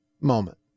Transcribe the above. moment